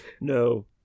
no